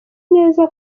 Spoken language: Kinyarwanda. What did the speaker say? neza